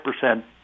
percent